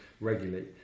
regularly